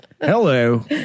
hello